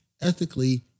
ethically